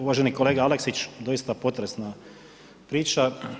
Uvaženi kolega Aleksić, doista potresna priča.